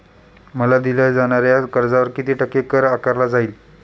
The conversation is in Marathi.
मला दिल्या जाणाऱ्या कर्जावर किती टक्के कर आकारला जाईल?